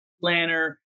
planner